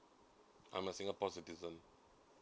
I'm a singapore citizen